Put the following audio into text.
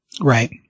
Right